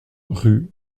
rue